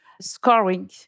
scoring